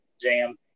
jam